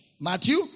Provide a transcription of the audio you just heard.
Matthew